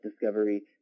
discovery